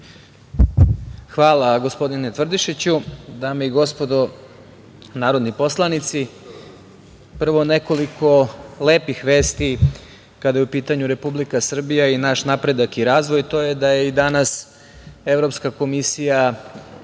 Hvala, gospodine Tvrdišiću. Dame i gospodo narodni poslanici, prvo nekoliko lepih vesti kada je u pitanju Republika Srbija i naš napredak i razvoj, to je da je i danas Evropska komisija